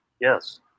Yes